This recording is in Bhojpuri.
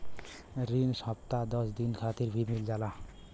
रिन हफ्ता दस दिन खातिर भी मिल जाला